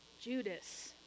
Judas